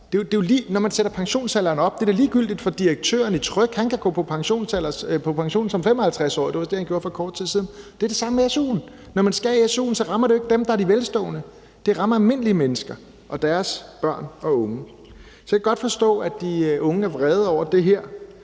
det da ligegyldigt for direktøren i Tryg; han kan gå på pension som 55-årig – det var det, han gjorde for kort tid siden. Det er det samme med su'en. Når man skærer i su'en, rammer det ikke dem, der er velstående; det rammer almindelige mennesker og deres børn og unge. Så jeg kan godt forstå, at de unge er vrede over det her.